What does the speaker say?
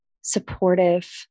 supportive